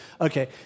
Okay